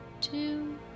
two